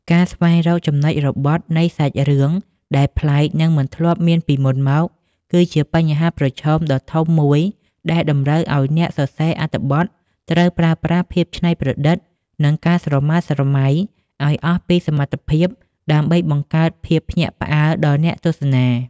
ការស្វែងរកចំណុចរបត់នៃសាច់រឿងដែលប្លែក និងមិនធ្លាប់មានពីមុនមក គឺជាបញ្ហាប្រឈមដ៏ធំមួយដែលតម្រូវឱ្យអ្នកសរសេរអត្ថបទត្រូវប្រើប្រាស់ភាពច្នៃប្រឌិត និងការស្រមើស្រមៃឱ្យអស់ពីសមត្ថភាពដើម្បីបង្កើតភាពភ្ញាក់ផ្អើលដល់អ្នកទស្សនា។